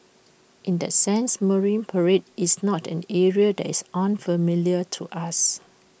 in that sense marine parade is not an area that is unfamiliar to us